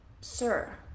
sir